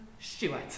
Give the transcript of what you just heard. Stewart